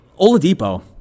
Oladipo